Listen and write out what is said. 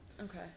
Okay